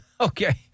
okay